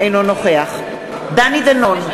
אינו נוכח דני דנון,